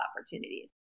opportunities